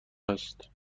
هست